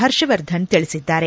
ಹರ್ಷವರ್ಧನ್ ತಿಳಿಸಿದ್ದಾರೆ